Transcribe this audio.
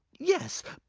yes,